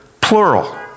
plural